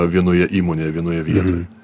vienoje įmonėje vienoje vietoje